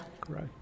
Correct